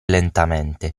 lentamente